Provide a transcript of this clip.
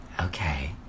okay